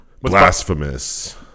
blasphemous